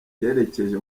yerekeje